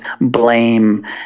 blame